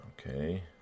Okay